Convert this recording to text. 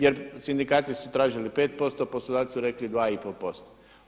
Jer sindikati su tražili 5%, poslodavci su rekli 2,5%